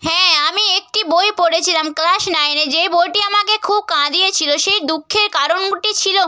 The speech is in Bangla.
হ্যাঁ আমি একটি বই পড়েছিলাম ক্লাস নাইনে যে বইটি আমাকে খুব কাঁদিয়েছিল সেই দুঃখের কারণটি ছিল